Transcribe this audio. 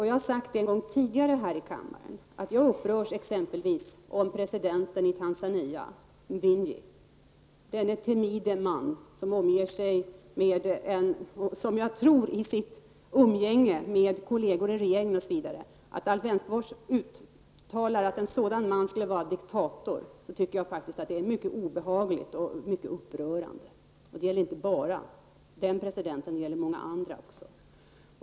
Jag har en gång tidigare här i kammaren sagt att jag upprörs av att exempelvis Alf Wennerfors uttalar att en sådan man som presidenten i Tanzania, Mwiny i, denne i sitt umgänge med kollegor i regeringen så timide man, skulle vara diktator. Det tycker jag faktiskt är mycket obehagligt och mycket upprörande. Det gäller inte bara den presidenten, det gäller många andra också.